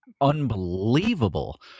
unbelievable